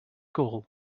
gall